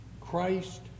Christ